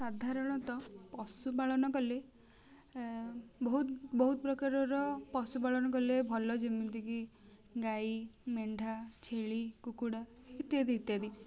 ସାଧାରଣତଃ ପଶୁ ପାଳନ କଲେ ବହୁତ ବହୁତ ପ୍ରକାରର ପଶୁ ପାଳନ କଲେ ଭଲ ଯେମିତିକି ଗାଈ ମେଣ୍ଢା ଛେଳି କୁକୁଡ଼ା ଇତ୍ୟାଦି ଇତ୍ୟାଦି